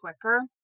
quicker